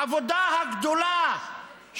העבודה הגדולה,